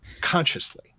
consciously